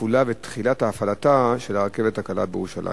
תפעולה ותחילת הפעלתה של הרכבת הקלה בירושלים.